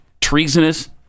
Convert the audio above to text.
treasonous